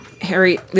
harry